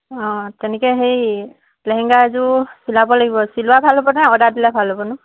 অঁ তেনেকৈ সেই লেহেংগা এযোৰ চিলাব লাগিব চিলোৱা ভাল হ'ব নে অৰ্ডাৰ দিলে ভাল হ'বনো